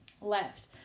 left